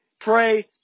pray